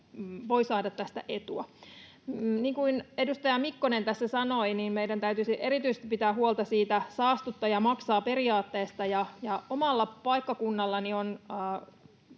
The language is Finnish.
voivat saada tästä etua. Niin kuin edustaja Mikkonen tässä sanoi, meidän täytyisi erityisesti pitää huolta saastuttaja maksaa ‑periaatteesta. Omalla paikkakunnallani on